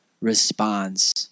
responds